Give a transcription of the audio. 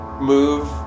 move